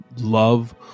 love